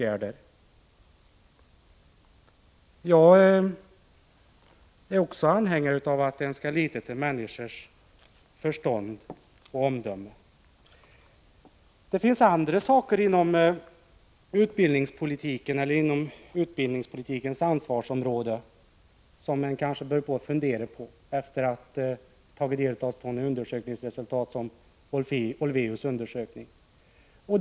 Även jag tycker att man skall lita på människors förstånd och omdöme. Det finns andra saker inom utbildningspolitikens ansvarsområde som man kan börja fundera över efter att ha tagit del av professor Olweus undersökning.